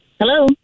Hello